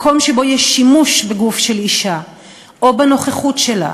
מקום שבו יש שימוש בגוף של אישה או בנוכחות שלה,